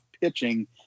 pitching